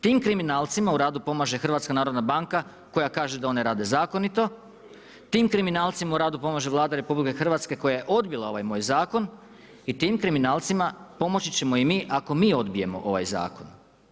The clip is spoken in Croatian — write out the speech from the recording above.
Tim kriminalcima u radu pomaže HNB koja kaže da one rade zakonito, tim kriminalcima u radu pomaže Vlada RH koja je odbila ovaj moj zakon i tim kriminalcima pomoći ćemo i mi ako mi odbijemo ovaj zakon.